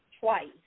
twice